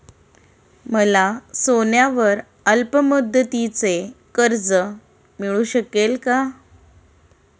मला सोन्यावर अल्पमुदतीचे कर्ज मिळू शकेल का?